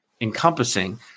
encompassing